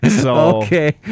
Okay